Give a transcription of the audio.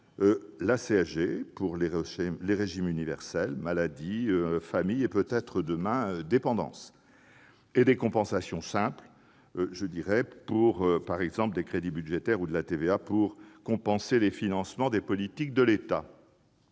la CSG, pour les régimes universels- maladie, famille et peut-être, demain, dépendance -et des compensations simples, par exemple crédits budgétaires ou TVA, pour la compensation du financement de politiques de l'État.